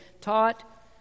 taught